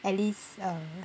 at least uh